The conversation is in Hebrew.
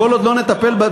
כל עוד לא נטפל בהם,